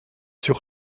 sur